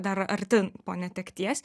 dar arti po netekties